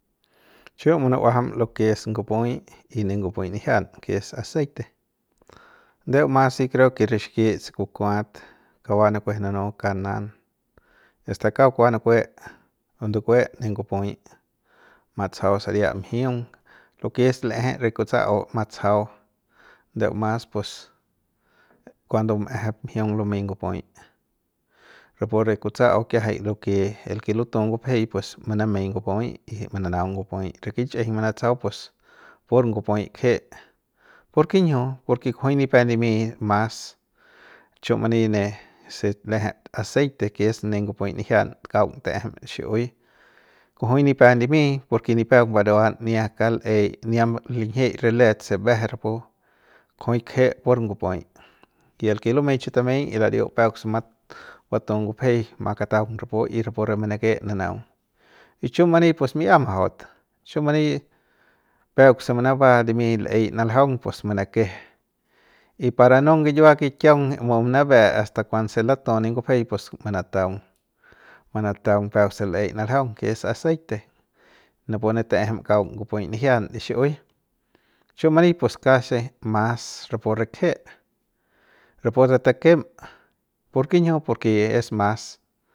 Chiu munu'uajam lo ke es ngup'uy y ne ngup'uy nijian ke es aceite ndeu mas si creo ke re xikit se kukuat kauk va nuku'ejenunu kanan asta kauk va nukue ndukue re ngup'uy matsajau saria mjiung lo ke es leje re kutsa'u matsajau ndeu mas pues kuando bumejep mjiung lumei ngup'uy rapu re kutsa'au ki'iajay lo ke el ke lutu ngupjeipues manamei ngup'uy y mananaung ngup'uy re kichijiñ manatsajau pues pur ngup'uy kje ¿por kinjiu? Por ke kujui nipep limy mas chiu mani ne se l'ejep aceite ke es ne ngup'uy nijian kaung taejem de xi'iui kujui nepep limy por ke nipep mburuan ni'at kal'ei ni'ia linjik re let se mbeje rapu kujui k'eje pur ngup'uy y el ke lumei chi tameiñ y lariu peuk se mat batu ngupjei maka taung rapu y rapu re manake nananaung y chiu mani pes mi'ia majaut chiu mani peuk se manaba li'mi l'ey naljaung pues manake'je y para non giyiua kikiaung munabe asta kuanse latu ne ngupjei pus manataung manataung peuk se l'ey naljaung ke es aceite napune ta'ejem kaung es ngupui nijian de xi'iui pues chu mani pues kasi mas rapu re kje'e rapu re takem ¿por kinjiu? Porke es mas.